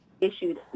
issued